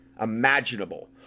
imaginable